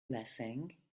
blessing